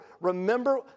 Remember